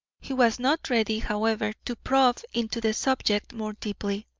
he was not ready, however, to probe into the subject more deeply,